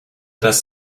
das